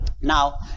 Now